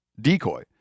decoy